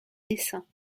dessins